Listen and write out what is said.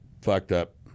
fucked-up